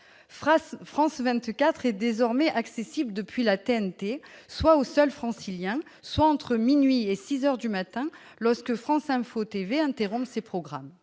France 24 est désormais accessible depuis la TNT, soit aux seuls Franciliens, soit entre minuit et six heures du matin lorsque France Info TV interrompt ses programmes.